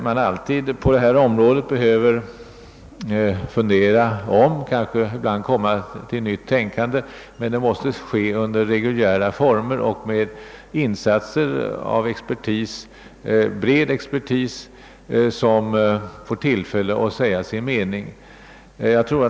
Man behöver på detta område alltid tänka om, men det måste ske under reguljära former och med den insats från expertis, som bör få tillfälle att säga sin mening.